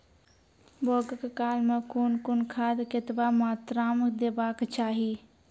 बौगक काल मे कून कून खाद केतबा मात्राम देबाक चाही?